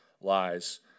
lies